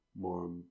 more